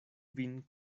vin